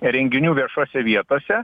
renginių viešose vietose